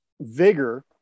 vigor